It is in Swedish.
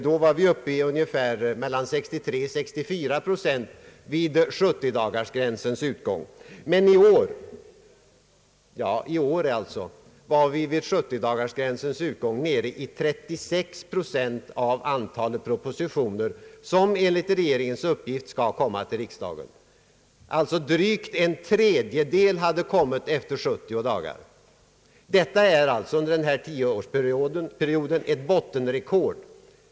Då var vi uppe i mellan 63 och 64 procent vid utgången av de 70 dagarna, men i år var vi vid samma tid nere i 36 procent av antalet propositioner som enligt regeringens uppgift skall komma att framläggas för riksdagen. Endast drygt en tredjedel av de utlovade propositionerna hade alltså avlämnats efter 70 dagar. Vi har nu alltså nått ett bottenrekord för denna tioårsperiod.